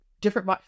different